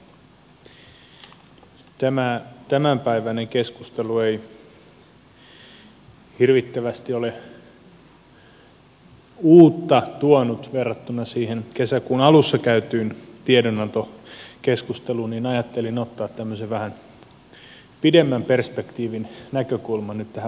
koska tämänpäiväinen keskustelu ei hirvittävästi ole uutta tuonut verrattuna siihen kesäkuun alussa käytyyn tiedonantokeskusteluun niin ajattelin ottaa tämmöisen vähän pidemmän perspektiivin näkökulman nyt tähän varsinaiseen puheenvuorooni